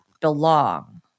belong